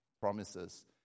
promises